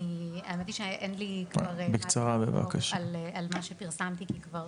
האמת שאין לי כרגע הרבה לומר על מה שפרסמתי כי כבר